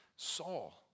Saul